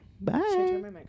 bye